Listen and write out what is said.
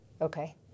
Okay